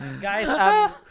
Guys